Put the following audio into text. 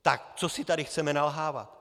Tak co si tady chceme nalhávat?